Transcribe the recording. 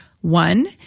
one